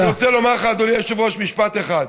אני רוצה לומר לך, אדוני היושב-ראש, משפט אחד: